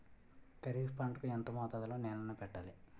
ఖరిఫ్ పంట కు ఎంత మోతాదులో నీళ్ళని పెట్టాలి?